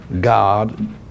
God